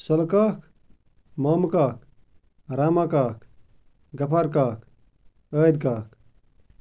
سُلہٕ کاک مامہٕ کاک رحمان کاک غَفار کاک أحٔدۍ کاک